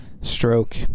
stroke